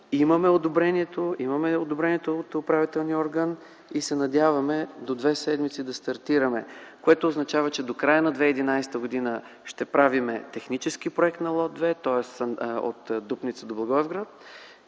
Имаме одобрението от управителния орган и се надяваме до две седмици да стартираме, което означава, че до края на 2011 г. ще правим технически проект на лот 2, тоест от Дупница до Благоевград